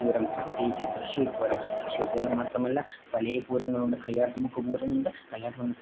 പൂരം പ്രത്യേകിച്ച് തൃശ്ശൂർ പൂരം തൃശൂർ പൂരം മാത്രമല്ല പല പൂരങ്ങളുണ്ട് കളിയാട്ടുമുക്ക് പൂരമുണ്ട് കളിയാട്ട്